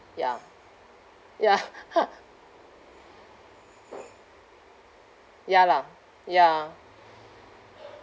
ya ya ya lah ya